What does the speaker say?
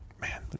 Man